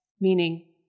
meaning